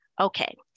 Okay